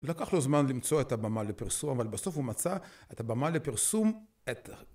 לקח לו זמן למצוא את הבמה לפרסום, אבל בסוף הוא מצא את הבמה לפרסום עתה.